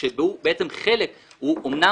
הוא מגיע